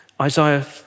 Isaiah